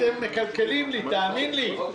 אתם מקלקלים לי, האמן לי.